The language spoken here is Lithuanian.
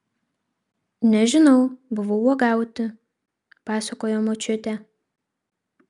nežinau buvau uogauti pasakojo močiutė